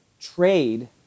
trade